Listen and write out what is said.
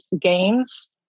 games